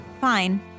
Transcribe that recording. fine